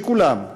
שכולם,